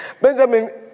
Benjamin